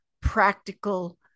practical